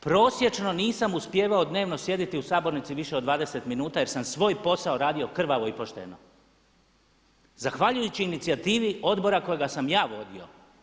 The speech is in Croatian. Prosječno nisam uspijevao dnevno sjediti u sabornici više od 20 minuta jer sam svoj posao radio krvavo i pošteno zahvaljujući inicijativi odbora kojega sam ja vodio.